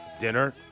dinner